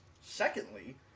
Secondly